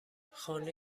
خانه